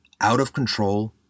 out-of-control